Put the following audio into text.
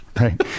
right